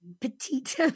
petite